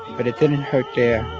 but it didn't hurt their